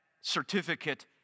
certificate